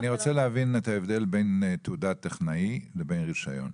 אני רוצה להבין את ההבדל בין תעודת טכנאי לבין רישיון.